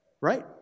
right